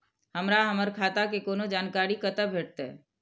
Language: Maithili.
हमरा हमर खाता के कोनो जानकारी कते भेटतै